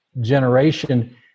generation